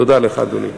תודה לך, אדוני.